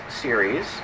series